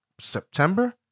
September